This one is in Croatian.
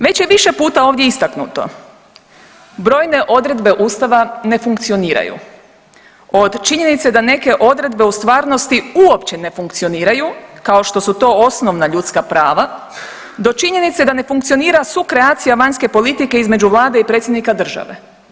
Već je više puta ovdje istaknuto brojne odredbe Ustava ne funkcioniraju, od činjenice da neke odredbe u stvarnosti uopće ne funkcioniraju kao što su to osnovna ljudska prava, do činjenice da ne funkcionira sukreacija vanjske politike između vlade i predsjednika države.